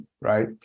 right